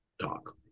talk